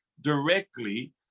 directly